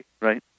right